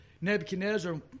Nebuchadnezzar